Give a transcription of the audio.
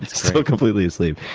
so completely asleep.